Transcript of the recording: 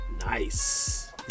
Nice